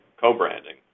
co-branding